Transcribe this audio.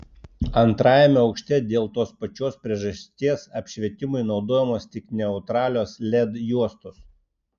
antrajame aukšte dėl tos pačios priežasties apšvietimui naudojamos tik neutralios led juostos